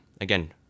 Again